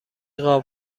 قاب